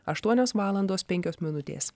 aštuonios valandos penkios minutės